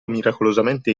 miracolosamente